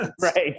Right